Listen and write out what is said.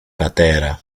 πατέρα